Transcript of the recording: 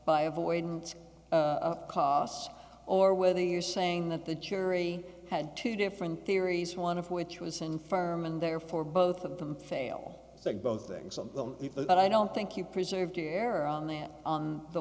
by avoidant costs or whether you're saying that the jury had two different theories one of which was in firm and therefore both of them fail that both things of them but i don't think you preserved air on them on the